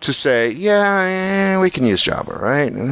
to say, yeah, we can use java, right? yeah,